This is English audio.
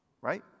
Right